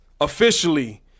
officially